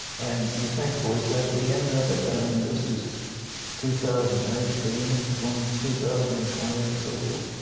and you think, is that the end of it? i mean this is two thousand and eighteen, going to two thousand and twenty, and so forth.